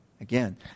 Again